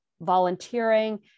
Volunteering